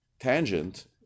tangent